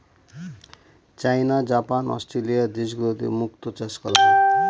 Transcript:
চাইনা, Japan, Australia দেশগুলোতে মুক্তো চাষ করা হয়